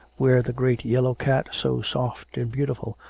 where the great yellow cat, so soft and beautiful,